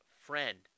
friend